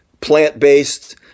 plant-based